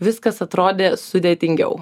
viskas atrodė sudėtingiau